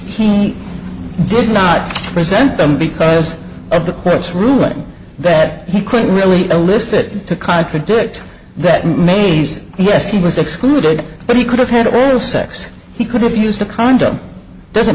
he did not present them because of the court's ruling that he couldn't really a listed to contradict that mase yes he was excluded but he could have had all the sex he could have used a condom doesn't